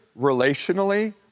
relationally